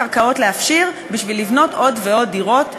קרקעות להפשיר בשביל לבנות עוד ועוד דירות,